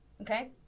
Okay